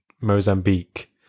Mozambique